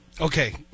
Okay